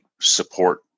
support